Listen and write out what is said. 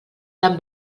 tan